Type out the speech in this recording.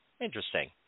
interesting